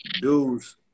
dudes